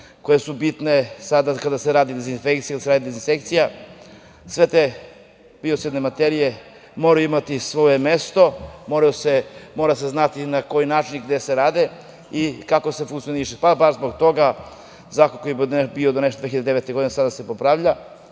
koje su bitne sada kada se radi dezinfekcija, kada se radi dezinsekcija, sve te biocidne materije moraju imati svoje mesto, mora se znati na koji način i gde se rade i kako se funkcioniše. Baš zbog toga zakon koji je bio donesen 2009. godine sada se popravlja,